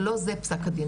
אבל לא זה פסק הדין.